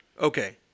Okay